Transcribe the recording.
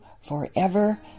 forever